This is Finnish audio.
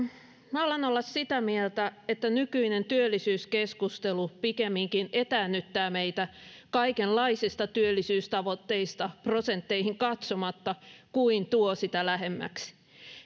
minä alan olla sitä mieltä että nykyinen työllisyyskeskustelu pikemminkin etäännyttää meitä kaikenlaisista työllisyystavoitteista prosentteihin katsomatta kuin tuo sitä lähemmäksi